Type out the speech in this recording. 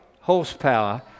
horsepower